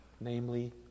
namely